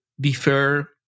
defer